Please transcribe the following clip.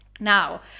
Now